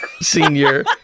senior